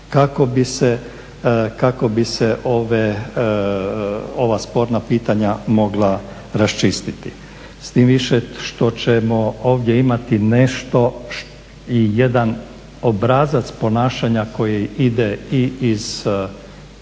kako bi se ova sporna pitanja mogla raščistiti. S tim više što ćemo ovdje imati nešto, jedan obrazac ponašanja koji ide i iz jednog